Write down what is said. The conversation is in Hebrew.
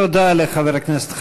תודה לחבר הכנסת חנין.